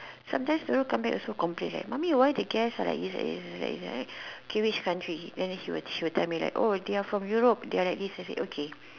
sometimes you know come back also complain leh mommy why the guest are like this like this like this like this like okay which country then he will she will tell me like oh they are from Europe they are like this I say okay